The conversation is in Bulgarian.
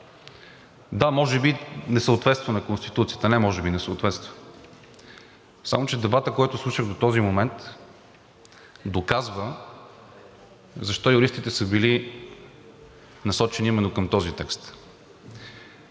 Да, може би не съответства на Конституцията, не може би – не съответства, само че дебатът, който слушах до този момент, доказва защо юристите са били насочени именно към този текст.